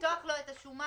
לפתוח לו מחדש את השומה?